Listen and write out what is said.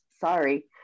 Sorry